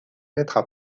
lettres